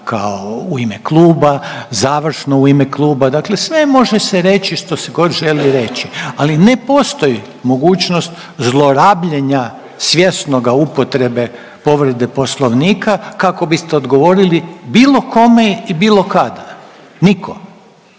kao u ime kluba, završno u ime kluba, dakle sve može se reći što se god želi reći, ali ne postoji mogućnost zlorabljenja svjesnoga upotrebe povrede poslovnika kako biste odgovorili bilo kome i bilo kada, niko,